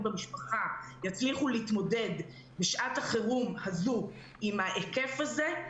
במשפחה יצליחו להתמודד בשעת החירום הזאת עם ההיקף הזה,